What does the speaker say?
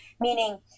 Meaning